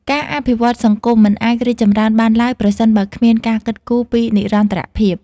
ការអភិវឌ្ឍន៍សង្គមមិនអាចរីកចម្រើនបានឡើយប្រសិនបើគ្មានការគិតគូរពីនិរន្តរភាព។